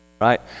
right